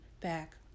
back